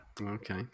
Okay